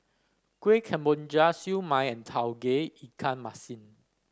Kuih Kemboja Siew Mai and Tauge Ikan Masin